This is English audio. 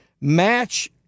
match